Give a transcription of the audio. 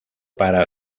para